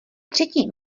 třetí